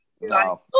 No